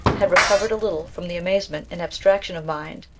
had recovered a little from the amaze ment and abstraction of mind,